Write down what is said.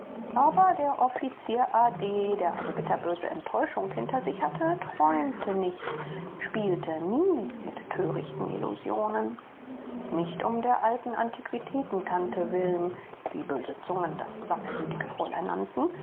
aber der offizier a d der eine bitterböse enttäuschung hinter sich hatte träumte nicht spielte nie mit törichten illusionen nicht um der alten antiquitäten tante willen wie böse zungen das sammelwütige fräulein nannten